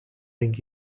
ring